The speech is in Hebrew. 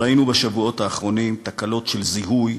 ראינו בשבועות האחרונים תקלות של זיהוי,